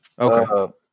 Okay